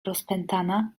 rozpętana